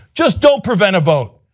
just don't prevent a vote.